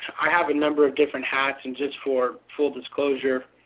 i have a number of different hats and just for full disclosure,